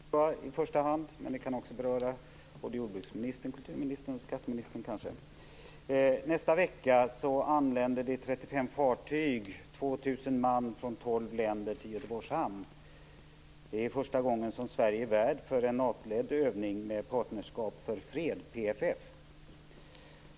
Fru talman! Jag vill ställa en fråga till statsministern i första hand. Men den kan också beröra jordbruksministern, kulturministern och skatteministern. Nästa vecka anländer 35 fartyg, 2 000 man, från 12 länder till Göteborgs hamn. Det är första gången som Sverige är värd för en NATO-ledd övning med Partnerskap för fred, PFF.